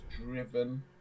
driven